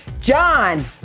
John